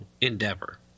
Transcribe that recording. endeavor